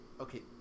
Okay